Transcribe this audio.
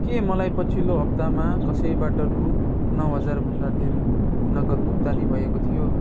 के मलाई पछिलो हप्तामा कसैबाट रु नौ हजारभन्दा धेर नगद भुक्तानी भएको थियो